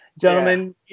gentlemen